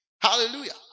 Hallelujah